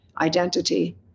identity